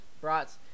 Brats